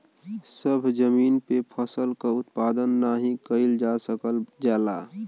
सभ जमीन पे फसल क उत्पादन नाही कइल जा सकल जाला